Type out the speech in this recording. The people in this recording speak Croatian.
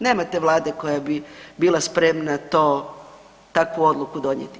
Nema te vlade koja bi bila spremna to, takvu odluku donijeti.